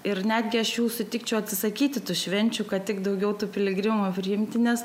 ir netgi aš jau sutikčiau atsisakyti tų švenčių kad tik daugiau tų piligrimų priimti nes